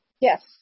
Yes